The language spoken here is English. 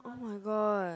oh my god